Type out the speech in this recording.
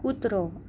કૂતરો